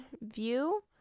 view